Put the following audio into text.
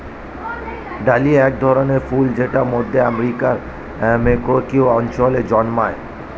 dahlia এক ধরনের ফুল জেট মধ্য আমেরিকার মেক্সিকো অঞ্চলে জন্মায়